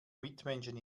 mitmenschen